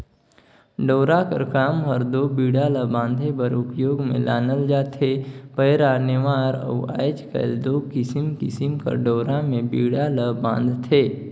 डोरा कर काम हर दो बीड़ा ला बांधे बर उपियोग मे लानल जाथे पैरा, नेवार अउ आएज काएल दो किसिम किसिम कर डोरा मे बीड़ा ल बांधथे